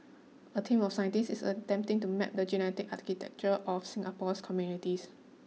a team of scientists is attempting to map the genetic architecture of Singapore's communities